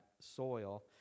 soil